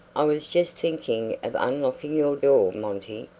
i was just thinking of unlocking your door, monty,